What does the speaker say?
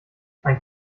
ein